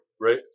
right